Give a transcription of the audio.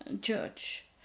judge